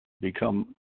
become